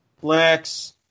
Flex